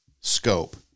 scope